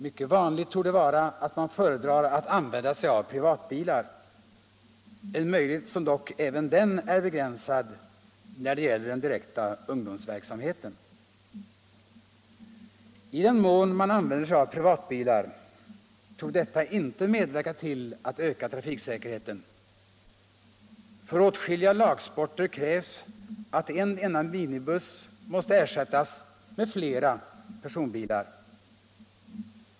Mycket vanligt torde vara att man föredrar att använda privatbilar, en möjlighet som dock även den är begränsad när det gäller den direkta ungdomsverksamheten. I den mån man använder privatbilar torde detta inte medverka till att öka trafiksäkerheten. För åtskilliga lagsporter skulle följden bli att en enda minibuss måste ersättas med flera personbilar.